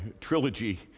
trilogy